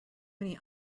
many